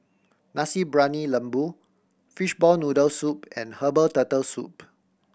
Nasi Briyani Lembu fishball noodle soup and herbal Turtle Soup